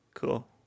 cool